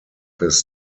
his